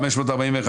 רוויזיה מס' 26,